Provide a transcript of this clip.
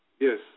Yes